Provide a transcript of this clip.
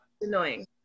annoying